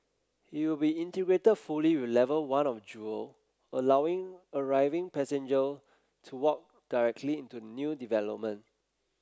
it will be integrated fully with level one of Jewel allowing arriving passenger to walk directly into new development